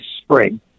spring